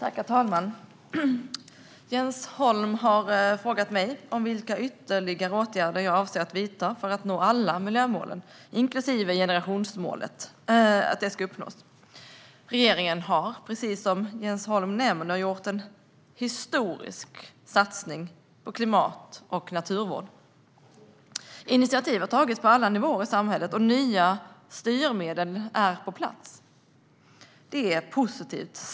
Herr talman! Jens Holm har frågat mig vilka ytterligare åtgärder jag avser att vidta för att alla miljömålen, inklusive generationsmålet, ska uppnås. Regeringen har, precis som Jens Holm nämner, gjort en historisk satsning på klimat och naturvård. Initiativ har tagits på alla nivåer i samhället, och nya styrmedel är på plats. Det är positivt.